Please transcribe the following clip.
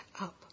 up